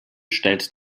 stellt